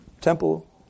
Temple